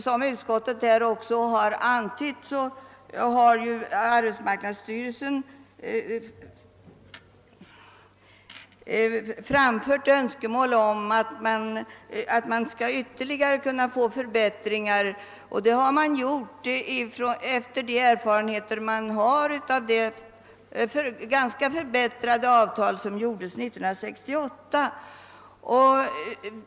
Som utskottet antytt har arbetsmarknadsstyrelsen också framfört önskemål om ytterligare förstärkningar, och man bygger då på de erfarenheter man har av det ganska förbättrade avtal som träffades 1968.